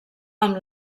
amb